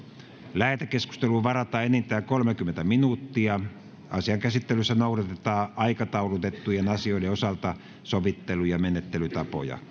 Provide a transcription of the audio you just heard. lähetekeskusteluun varataan enintään kolmekymmentä minuuttia asian käsittelyssä noudatetaan aikataulutettujen asioiden osalta sovittuja menettelytapoja